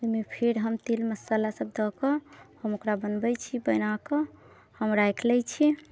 ओइमे फेर हम तेल मसाला सब दऽ कऽ हम ओकरा बनबै छी बनाकऽ हम राखि लै छी